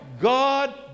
God